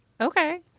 Okay